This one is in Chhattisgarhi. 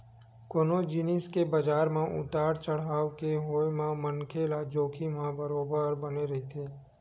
कोनो जिनिस के बजार म उतार चड़हाव के होय म मनखे ल जोखिम ह बरोबर बने रहिथे